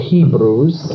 Hebrews